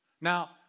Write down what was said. Now